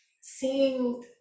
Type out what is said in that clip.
seeing